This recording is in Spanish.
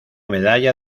medalla